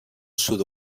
sud